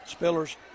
Spillers